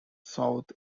south